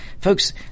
folks